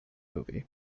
movie